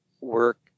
work